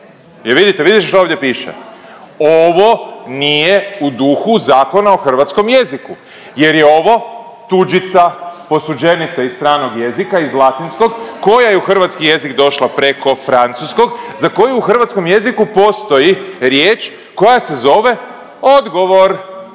vidite što ovdje piše, ovo nije u duhu Zakona o hrvatskom jeziku jer je ovo tuđica, posuđenica iz stranog jezika iz latinskog koja je u hrvatski jezik došla preko francuskog za koji u hrvatskom jeziku postoji riječ koja se zove odgovor.